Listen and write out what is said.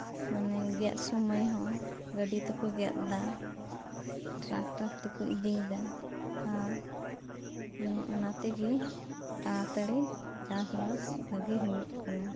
ᱢᱟᱱᱮ ᱜᱮᱫ ᱥᱩᱢᱟᱹᱭ ᱦᱚᱸ ᱜᱟᱰᱤ ᱛᱮᱠᱚ ᱜᱮᱫ ᱮᱫᱟ ᱴᱟᱨᱠᱴᱟᱨ ᱛᱮᱠᱚ ᱤᱫᱤᱭᱮᱫᱟ ᱟᱨ ᱚᱱᱮ ᱚᱱᱟ ᱛᱮᱜᱮ ᱛᱟᱲᱟ ᱛᱟᱲᱤ ᱪᱟᱥᱵᱟᱥ ᱵᱷᱟᱜᱮ ᱦᱳᱭᱳᱜ ᱠᱟᱱᱟ